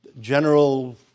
general